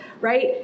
right